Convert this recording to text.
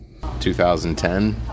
2010